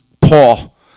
Paul